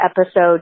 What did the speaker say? episode